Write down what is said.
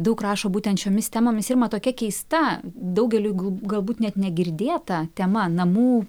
daug rašo būtent šiomis temomis irma tokia keista daugeliui gal galbūt net negirdėta tema namų